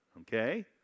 okay